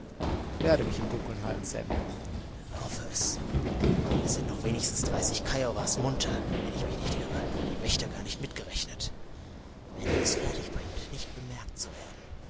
werde mich im dunkeln halten sam hoffe es es sind noch wenigstens dreißig kiowas munter wenn ich mich nicht irre die wächter gar nicht mitgerechnet wenn ihr es fertig bringt nicht bemerkt zu werden